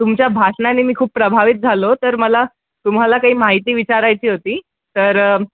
तुमच्या भाषणाने मी खूप प्रभावित झालो तर मला तुम्हाला काही माहिती विचारायची होती तर